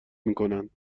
میکنند